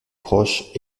proche